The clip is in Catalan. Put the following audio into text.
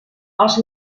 els